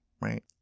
right